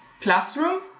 classroom